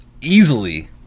easily